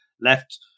left